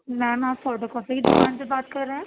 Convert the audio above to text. میم آپ photo copy کی دُکان سے بات کر رہے ہیں